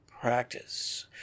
practice